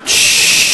הא?